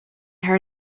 hire